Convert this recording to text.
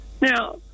Now